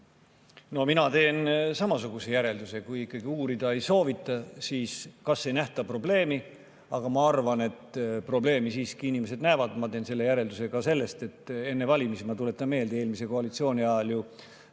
No mina teen samasuguse järelduse. Kui ikkagi uurida ei soovita, siis võib-olla ei nähta probleemi, aga ma arvan, et probleemi siiski inimesed näevad. Ma teen selle järelduse ka sellest, et kuna enne valimisi – ma tuletan meelde – eelmise koalitsiooni ajal ju